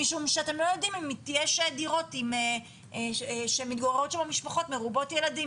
משום שאתם לא יודעים אם היא תהיה שמתגוררות שם משפחות מרובות ילדים.